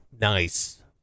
Nice